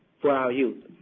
for our youth.